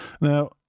Now